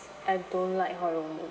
I don't like horror movies